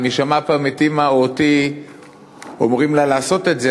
אם היא שמעה פעם את אימא או אותי אומרים לה לעשות את זה,